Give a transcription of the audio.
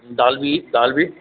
दालि बि दालि बि